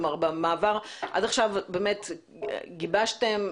עד עכשיו גיבשתם,